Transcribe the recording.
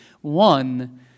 One